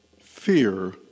Fear